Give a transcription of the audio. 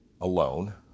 alone